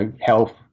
health